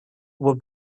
were